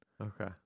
Okay